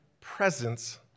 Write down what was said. presence